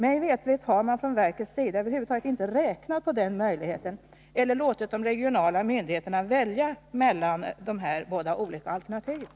Mig veterligt har man från verkets sida över huvud taget inte räknat med denna möjlighet eller låtit de regionala myndigheterna välja mellan de här båda alternativen.